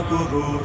Guru